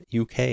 UK